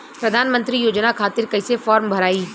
प्रधानमंत्री योजना खातिर कैसे फार्म भराई?